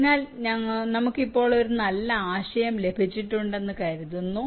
അതിനാൽ ഞങ്ങൾക്ക് ഒരു നല്ല ആശയം ലഭിച്ചിട്ടുണ്ടെന്ന് ഞാൻ കരുതുന്നു